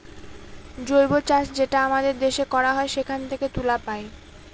জৈব চাষ যেটা আমাদের দেশে করা হয় সেখান থেকে তুলা পায়